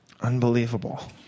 Unbelievable